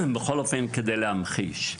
כדי להמחיש.